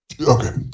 Okay